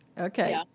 Okay